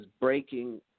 breaking